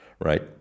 right